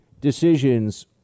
decisions